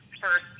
first